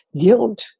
guilt